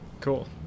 Cool